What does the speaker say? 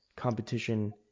Competition